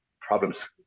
problems